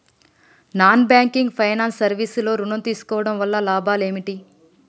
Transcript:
Non banking finance service లో ఋణం తీసుకోవడం వల్ల లాభాలు ఏమిటి?